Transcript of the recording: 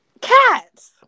Cats